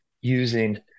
using